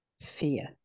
fear